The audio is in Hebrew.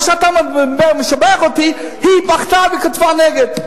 מה שאתה משבח אותי, היא בכתה וכתבה נגד.